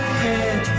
head